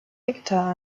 hektar